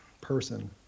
person